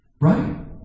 Right